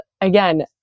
again